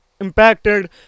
impacted